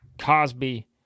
Cosby